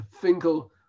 Finkel